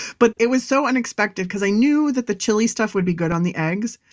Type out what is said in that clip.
but it was so unexpected because i knew that the chili stuff would be good on the eggs.